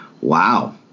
Wow